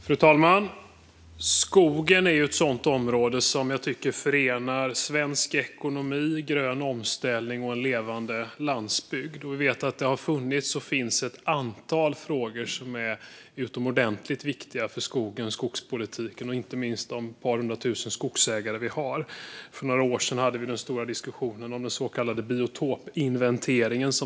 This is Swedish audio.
Fru talman! Skogen är ett område som jag tycker förenar svensk ekonomi, grön omställning och en levande landsbygd. Vi vet att det har funnits, och finns, ett antal frågor som är utomordentligt viktiga för skogen, skogspolitiken och inte minst de ett par hundra tusen skogsägarna. För några år sedan stoppades den stora diskussionen om den så kallade biotopinventeringen.